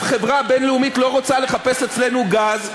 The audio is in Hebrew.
חברה בין-לאומית לא רוצה לחפש אצלנו גז.